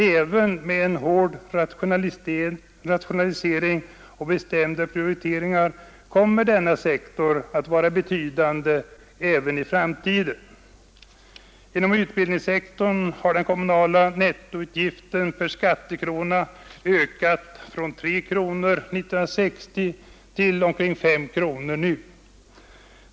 Även med hård rationalisering och bestämda prioriteringar kommer denna sektor att vara betydande också i framtiden. Inom utbildningssektorn har den kommunala nettoutgiften per skattekrona ökat från 3 kronor till omkring 5 kronor under 1960-talet.